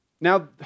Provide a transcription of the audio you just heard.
now